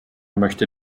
möchte